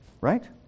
Right